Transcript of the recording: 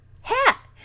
hat